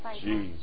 Jesus